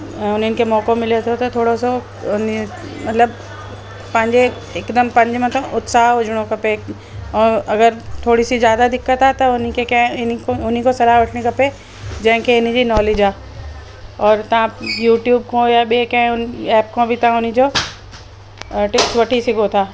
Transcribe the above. उन्हनि खे मौक़ो मिले थो त थोरो सो उन मतिलबु पंहिंजे हिकदमि पंहिंजे मतिलबु उत्साह हुजणो खपे और अगरि थोरी सी ज्यादा दिक़त आहे त उन खे कंहिं इन को उन खां सलाह वठिणी खपे जंहिंखे इन जी नॉलेज आहे और तव्हां यूट्यूब खां या ॿिए कंहिं उन ऐप खां बि तव्हां उन जो टिप वठी सघो था